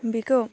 बेखौ